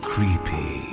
Creepy